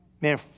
man